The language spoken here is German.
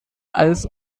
als